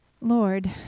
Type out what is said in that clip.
Lord